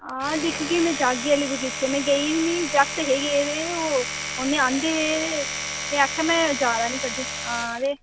आं दिक्खगी में जागी हल्ली बगीचे में गेईं नी जागत हे गेदे ओह् उ'नें आंदे हे में आखेआ में जैदा नीं कड्ढेओ हां ते